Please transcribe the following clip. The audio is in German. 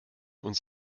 uns